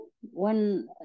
One